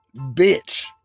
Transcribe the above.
bitch